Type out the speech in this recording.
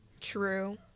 True